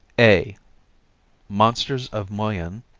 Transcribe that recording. a monsters of moyen,